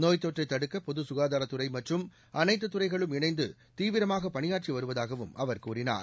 நோய்த் தொற்றை தடுக்க பொது சுகாதாரத்துறை மற்றும் அனைத்து துறைகளும் இணைந்து தீவிரமாக பணியாற்றி வருவதாகவும் அவர் கூறினார்